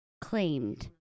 claimed